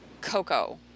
cocoa